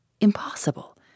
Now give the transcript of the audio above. Impossible